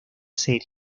serie